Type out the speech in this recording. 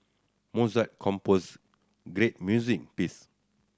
Mozart composed great music piece